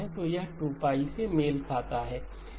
तो यह 2 से मेल खाता है